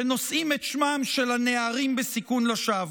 שנושאים את שמם של הנערים בסיכון לשווא.